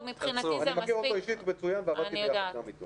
אני מכיר אותו אישית מצוין ועבדתי ביחד גם איתו.